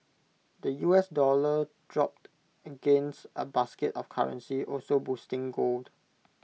the U S dollar dropped against A basket of currencies also boosting gold